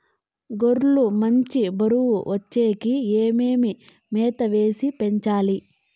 గొర్రె లు మంచి బరువు వచ్చేకి ఏమేమి మేత వేసి పెంచాలి?